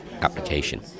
application